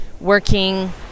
working